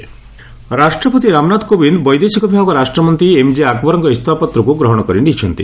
president Akbar ରାଷ୍ଟ୍ରପତି ରାମନାଥ କୋବିନ୍ଦ ବୈଦେଶିକ ବିଭାଗ ରାଷ୍ଟ୍ରମନ୍ତ୍ରୀ ଏମ୍ଜେ ଆକବରଙ୍କ ଇସ୍ତଫାପତ୍ରକୁ ଗ୍ରହଣ କରିନେଇଛନ୍ତି